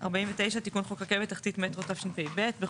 תיקון חוק רכבת תחתית (מטרו) התשפ"ב49.בחוק